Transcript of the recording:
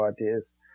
ideas